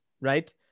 right